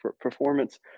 performance